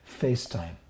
FaceTime